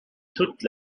toute